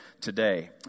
today